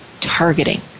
targeting